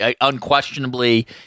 unquestionably